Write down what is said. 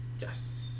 Yes